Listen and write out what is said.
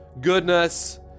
goodness